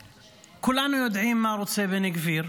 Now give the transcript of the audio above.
כולנו יודעים מה רוצה בן גביר.